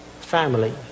family